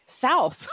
south